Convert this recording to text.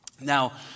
Now